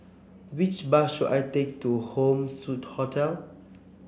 which bus should I take to Home Suite Hotel